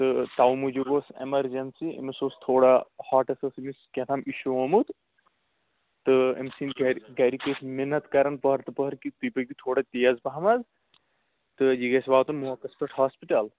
تہٕ تَوٕے موٗجوٗب اوس ایمَرجَنسی أمِس اوس تھوڑا ہاٹَس ٲس أمِس کیاتھام اِشوٗ آمُت تہٕ أمۍ سٕنٛدۍ گَرِکۍ ٲسۍ مِنَت کَران بار تہٕ بار کہ تُہۍ پٔکِو تھوڑا تیز پَہمَتھ تہٕ یہِ گژھِ واتُن موقَس پٮ۪ٹھ ہاسپِٹَل